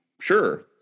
sure